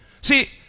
See